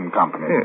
company